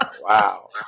Wow